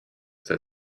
that